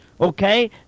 okay